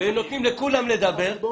ונותנים לכולם לדבר.